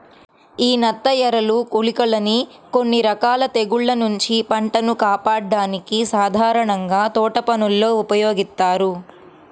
యీ నత్తఎరలు, గుళికలని కొన్ని రకాల తెగుల్ల నుంచి పంటను కాపాడ్డానికి సాధారణంగా తోటపనుల్లో ఉపయోగిత్తారు